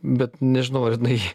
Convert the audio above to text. bet nežinau ar jinai